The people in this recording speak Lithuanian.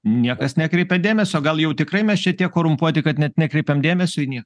niekas nekreipia dėmesio gal jau tikrai mes čia tiek korumpuoti kad net nekreipiam dėmesio į nie